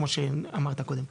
כמו שאמרת קודם.